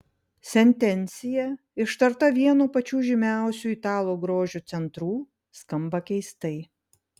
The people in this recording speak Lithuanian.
sentencija ištarta vieno pačių žymiausių italų grožio centrų skamba keistai